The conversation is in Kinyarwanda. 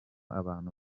abantu